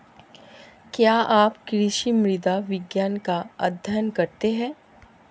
क्या आप कृषि मृदा विज्ञान का अध्ययन करते हैं?